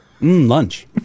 lunch